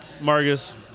Marcus